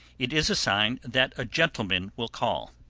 it is a sign that a gentleman will call